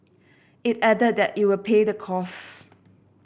it added that it will pay the costs